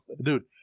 dude